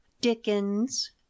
dickens